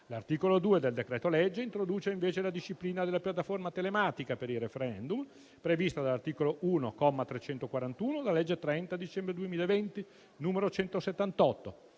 L'articolo 2 del decreto-legge introduce invece la disciplina della piattaforma telematica per il referendum prevista dall'articolo 1, comma 341, della legge 30 dicembre 2020, n. 178,